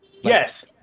Yes